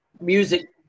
music